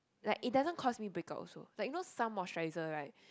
like it doesn't cause me break out also like you know some moisturiser right